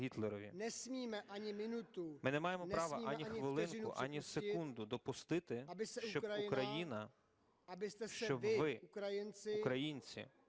Ми не маємо права ані хвилинку, ані секунду допустити, щоб Україна, щоб ви, українці,